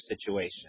situation